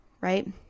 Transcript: right